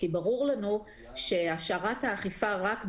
כי ברור לנו שהשארת האכיפה רק בחו"ל,